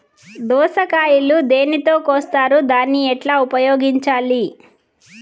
దోస కాయలు దేనితో కోస్తారు దాన్ని ఎట్లా ఉపయోగించాలి?